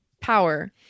Power